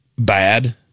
Bad